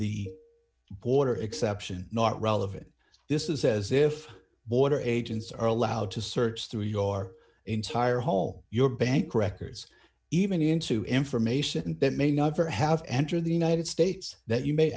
the border exception not relevant this is as if border agents are allowed to search through your entire hole your bank records even into information that may never have entered the united states that you may